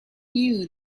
knew